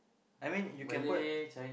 I mean you can put